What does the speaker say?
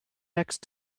next